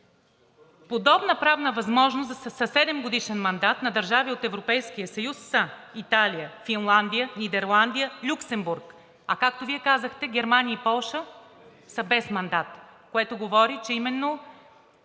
подобна правна възможност със седемгодишен мандат на държави от Европейския съюз са: Италия, Финландия, Нидерландия, Люксембург, а както Вие казахте – Германия и Полша са без мандат. Което говори, че именно